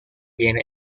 viene